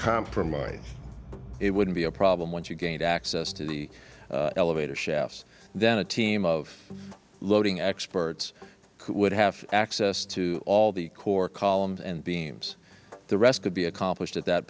compromised it wouldn't be a problem once you gain access to the elevator shaft then a team of loading experts would have access to all the core columns and beams the rest could be accomplished at that